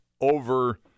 over